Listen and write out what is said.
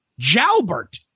Jalbert